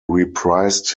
reprised